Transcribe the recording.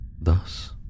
Thus